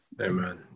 Amen